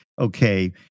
Okay